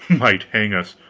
might hang us!